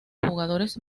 jugadores